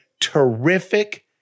terrific